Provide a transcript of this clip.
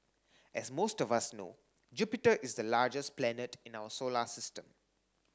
as most of us know Jupiter is the largest planet in our solar system